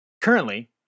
Currently